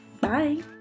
Bye